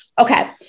Okay